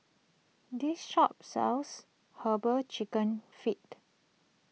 this shop sells Herbal Chicken Feet